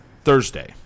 Thursday